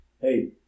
hey